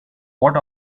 what